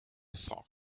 thought